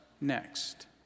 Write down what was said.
Next